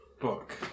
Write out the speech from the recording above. book